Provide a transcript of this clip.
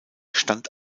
stand